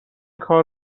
کار